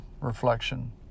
reflection